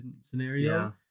scenario